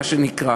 מה שנקרא.